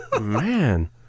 man